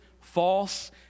false